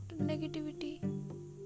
negativity